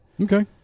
Okay